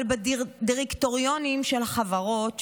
אבל בדירקטוריונים של החברות,